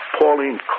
Pauline